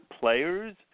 players